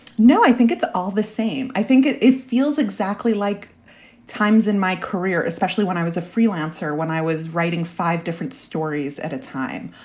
no, i think it's all the same. i think it it feels exactly like times in my career, especially when i was a freelancer, when i was writing five different stories at a time,